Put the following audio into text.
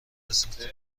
رسید